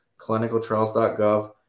clinicaltrials.gov